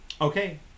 Okay